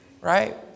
right